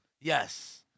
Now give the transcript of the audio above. Yes